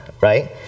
right